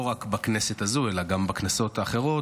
ולא רק בכנסת הזו אלא גם בכנסות האחרות,